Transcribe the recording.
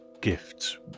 gifts